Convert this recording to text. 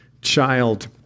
child